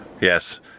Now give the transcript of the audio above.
Yes